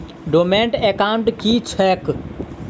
Dormant account की छैक?